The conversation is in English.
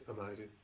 amazing